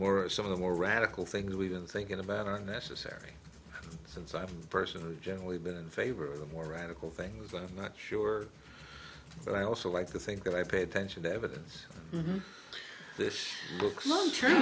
more some of the more radical things we've been thinking about are necessary since i personally generally been in favor of the more radical things i'm not sure but i also like to think that i pay attention to evidence